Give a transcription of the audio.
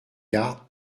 garde